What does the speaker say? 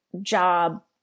job